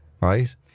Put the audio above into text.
Right